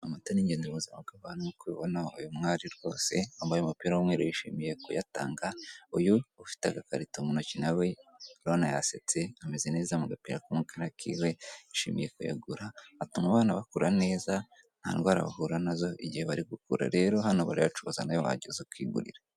Amata ni ingenzi mu buzima bw'abantu nk'uko ubibona uyu mwari rwose wambaye umupira w'umweru yishimiye kuyatanga, uyu ufite agakarito mu ntoki na we urabona yasetse, ameze neza mu gapira k'umukara k'iwe, yishimiye kuyagura, atuma abana bakura neza, nta ndwara bahura na zo igihe bari gukura. Rero hano barayacuruza nawe wajya uza ukigurira.